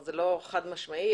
זה לא חד משמעי.